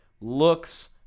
looks